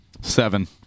Seven